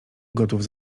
gotów